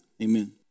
Amen